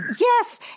Yes